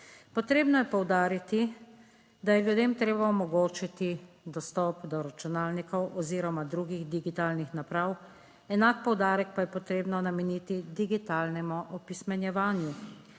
Potrebno je poudariti, da je ljudem treba omogočiti dostop do računalnikov oziroma drugih digitalnih naprav. Enak poudarek pa je potrebno nameniti digitalnemu **86.